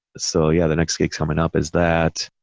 so yeah, the next gig coming up is that,